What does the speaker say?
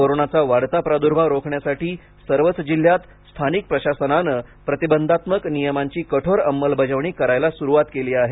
कोरोनाचा वाढता प्रादुर्भाव रोखण्यासाठी सर्वच जिल्ह्यात स्थानिक प्रशासनानं प्रतिबंधात्मक नियमांची कठोर अंमलबजावणी करायला सुरुवात केली आहे